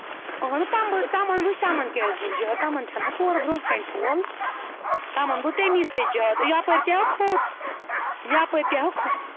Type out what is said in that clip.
اَہنُو تِمن تِمن وُچھ تِمن کیٛازِ گوٚو زیادٕ تِمن چھَنا تورٕ برونٛہہ کَنہِ کۄل تِمن گوٚو تمے سۭتۍ زیادٕ یَپٲر تہِ ہا کھوٚت یَپٲر تہِ ہا کھوٚت